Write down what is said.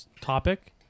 topic